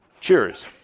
Cheers